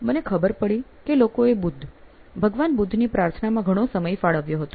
મને ખબર પડી કે લોકોએ બુદ્ધ ભગવાન બુદ્ધની પ્રાર્થનામાં ઘણો સમય ફાળવ્યો હતો